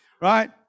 right